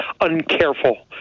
uncareful